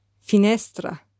Finestra